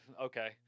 Okay